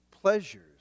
pleasures